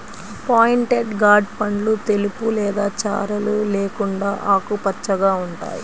pointed gourd పండ్లు తెలుపు లేదా చారలు లేకుండా ఆకుపచ్చగా ఉంటాయి